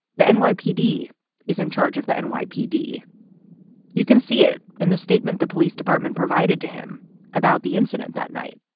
the nypd is in charge of the and nypd you can see it in the statement the police department provided to him about the incident that night,